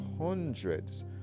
hundreds